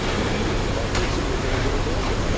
leading by fixing the things that are broken.